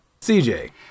CJ